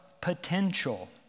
potential